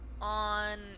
on